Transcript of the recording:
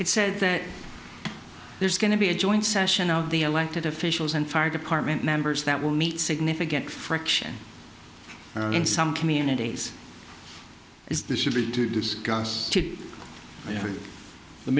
it said that there's going to be a joint session of the elected officials and fire department members that will meet significant friction in some communities is this should be to discuss t